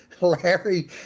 Larry